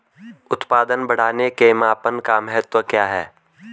उत्पादन बढ़ाने के मापन का महत्व क्या है?